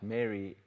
Mary